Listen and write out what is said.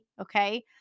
okay